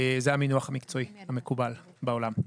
זה המינוח המקצועי המקובל בעולם.